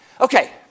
Okay